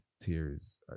tears